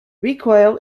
recoil